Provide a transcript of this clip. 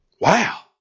Wow